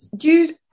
Use